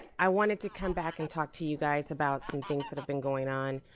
i wanted to come back and talk to you guys about some things that have been going on,